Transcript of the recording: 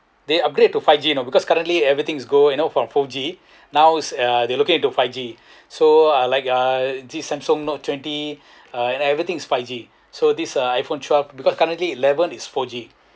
they upgrade to five g you know because currently every thing go you know from four g nows uh they're looking into five G so I like uh this Samsung note twenty uh and everything is five G so this uh I_phone twelve because currently eleven is four G